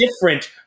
different